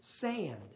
sand